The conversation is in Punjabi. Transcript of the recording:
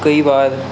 ਕਈ ਵਾਰ